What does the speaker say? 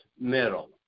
middle